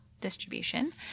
distribution